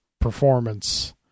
performance